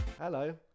Hello